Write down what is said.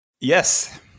Yes